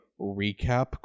recap